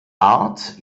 art